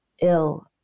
ill